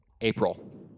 April